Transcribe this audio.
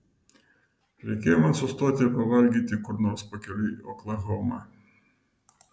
reikėjo man sustoti pavalgyti kur nors pakeliui į oklahomą